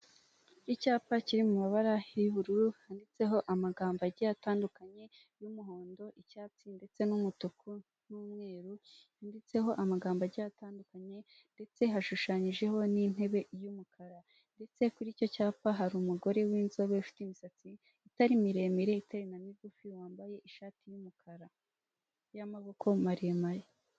Sitasiyo ya enjeni iri ku ku muhanda hirya hari rompuwe ya jaride itara rihagazemo, ipoto ndende iriho insinga nyinshi, umumotari uhetse igikapu.